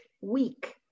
week